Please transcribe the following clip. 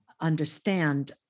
understand